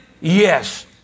Yes